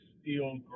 steel